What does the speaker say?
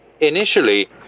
Initially